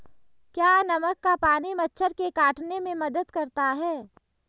क्या नमक का पानी मच्छर के काटने में मदद करता है?